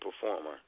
performer